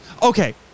Okay